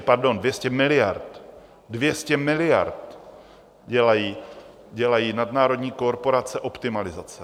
Pardon, 200 miliard, 200 miliard dělají nadnárodní korporace optimalizace.